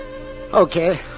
Okay